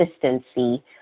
consistency